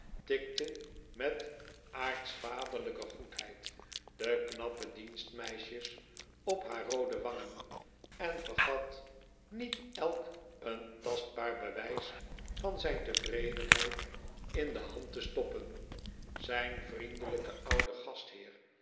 tikte met aartsvaderlijke goedheid de knappe dienstmeisjes op haar roode wangen en vergat niet elk een tastbaar bewijs van zijn tevredenheid in de hand te stoppen zijn vriendelijken ouden gastheer